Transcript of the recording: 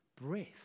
breath